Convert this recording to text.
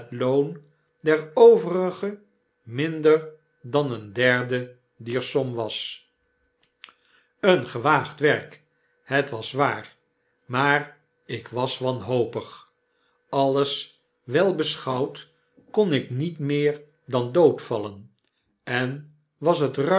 loon der overige minder dan een derde dier som was een gewaagd werk het was waar maar ik was wanhopig alles wel beschouwd kon ik niet meer dan doodvallen en was het